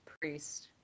Priest